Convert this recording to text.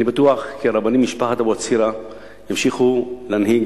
אני בטוח שהרבנים ממשפחת אבוחצירא ימשיכו להנהיג